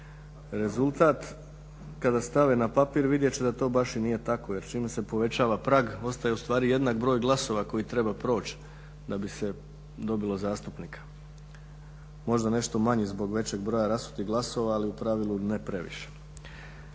rezultat kada stave na papir vidjet će da to baš i nije tako jer čim se povećava prag ostaje u stvari jednak broj glasova koji treba proći da bi se dobilo zastupnika. Možda nešto manji zbog većeg broja rasutih glasova, ali u pravilu ne previše.